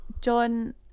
John